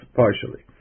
partially